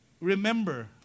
remember